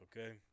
okay